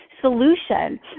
solution